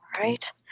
right